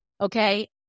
Okay